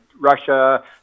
Russia